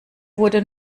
wurde